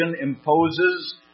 imposes